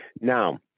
now